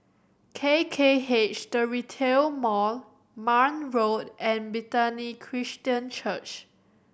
K K H To Retail Mall Marne Road and Bethany Christian Church